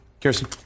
Kirsten